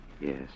Yes